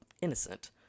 innocent